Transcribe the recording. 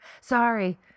Sorry